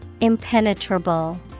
impenetrable